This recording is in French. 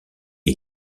est